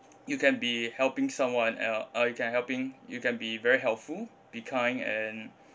you can be helping someone and all or you can helping you can be very helpful be kind and